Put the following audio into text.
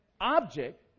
object